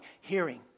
Hearing